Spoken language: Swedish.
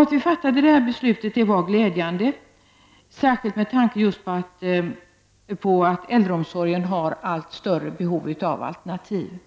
Att vi fattade detta beslut var glädjande, inte minst med tanke på att äldreomsorgen har allt större behov av alternativ.